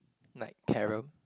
like carom